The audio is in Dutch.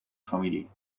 familie